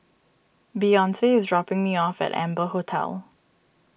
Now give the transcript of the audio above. Beyonce is dropping me off at Amber Hotel